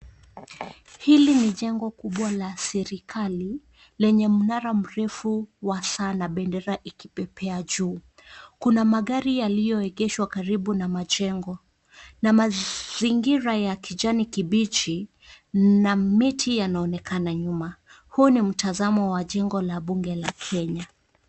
Hili ni jengo kubwa la serikali lenye mnara mrefu wa sana bendera ikipepea juu, kuna magari yaliyoegeshwa karibu na majengo na mazingira ya kijani kibichi na miti yanaonekana nyuma huu ni mtazamo wa jengo la bunge lao.